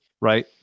right